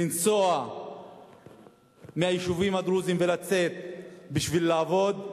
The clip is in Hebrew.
לנסוע מהיישובים הדרוזיים, לצאת כדי לעבוד,